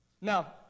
Now